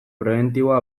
prebentiboa